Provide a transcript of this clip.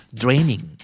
draining